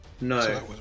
No